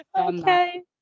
okay